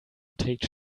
beträgt